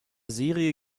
serie